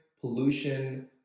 pollution